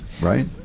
Right